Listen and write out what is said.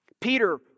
Peter